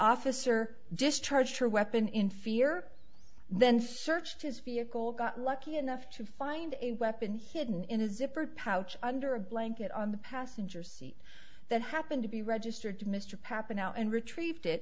officer discharged her weapon in fear then searched his vehicle got lucky enough to find a weapon hidden in a zippered pouch under a blanket on the passenger seat that happened to be registered to mr pappano and retrieved it